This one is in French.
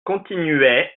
continuait